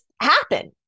happen